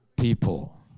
people